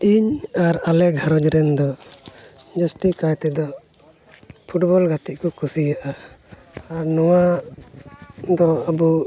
ᱤᱧ ᱟᱨ ᱟᱞᱮ ᱜᱷᱟᱨᱚᱸᱡᱽ ᱨᱮᱱ ᱫᱚ ᱡᱟᱹᱥᱛᱤ ᱠᱟᱭ ᱛᱮᱫᱚ ᱯᱷᱩᱴᱵᱚᱞ ᱜᱟᱹᱛᱤᱫ ᱠᱚ ᱠᱩᱥᱤᱭᱟᱜᱼᱟ ᱟᱨ ᱱᱚᱣᱟ ᱫᱚ ᱟᱵᱚ